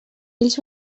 ells